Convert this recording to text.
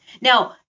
Now